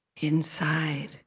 inside